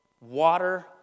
water